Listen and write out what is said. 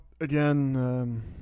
again